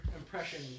impression